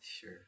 sure